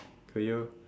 could you